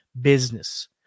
business